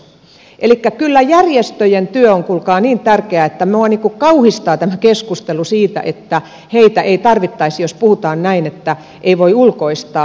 elikkä kyllä järjestöjen työ on kuulkaa niin tärkeää että minua kauhistaa tämä keskustelu siitä että niitä ei tarvittaisi jos puhutaan näin että ei voi ulkoistaa